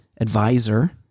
advisor